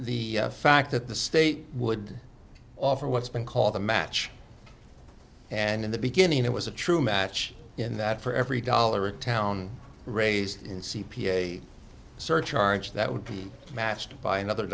the fact that the state would offer what's been called a match and in the beginning it was a true match in that for every dollar a town raised in c p a surcharge that would be matched by another